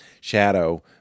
Shadow